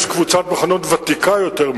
יש קבוצת מכונות ותיקה יותר,